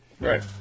Right